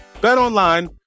BetOnline